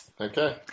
Okay